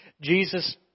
Jesus